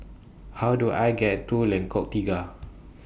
How Do I get to Lengkok Tiga